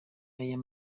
aya